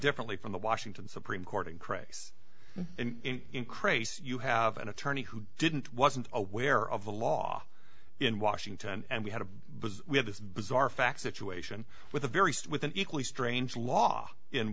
differently from the washington supreme court and grace in cray's you have an attorney who didn't wasn't aware of the law in washington and we had a we had this bizarre facts situation with a very with an equally strange law in